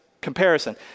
comparison